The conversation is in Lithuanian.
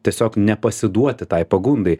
tiesiog nepasiduoti tai pagundai